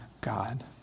God